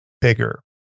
bigger